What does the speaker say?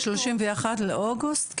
31 לאוגוסט?